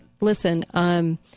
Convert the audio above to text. listen